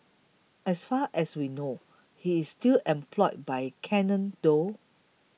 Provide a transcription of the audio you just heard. as far as we know he's still employed by Canon though